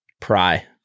pry